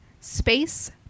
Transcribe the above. Space